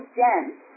dense